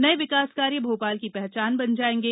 नए विकास कार्य भोपाल की पहचान बन जाएंगे